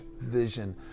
vision